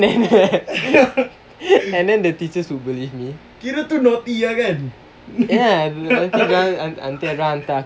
and then the and then the teachers would believe me ya nanti ada orang hantar aku